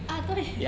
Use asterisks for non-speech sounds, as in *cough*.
ah 对 *laughs*